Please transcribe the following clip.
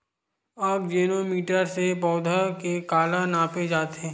आकजेनो मीटर से पौधा के काला नापे जाथे?